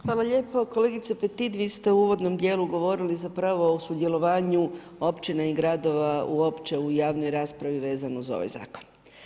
Hvala lijepo kolegice Petin, vi ste u uvodnom dijelu, govorili zapravo o sudjelovanju opačine i gradova uopće u javnoj raspravi, vezano uz ovaj zakon.